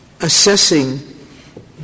assessing